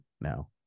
now